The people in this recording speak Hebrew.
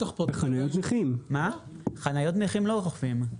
חניות נכים לא אוכפים.